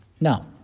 No